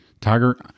tiger